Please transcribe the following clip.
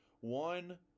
one